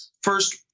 First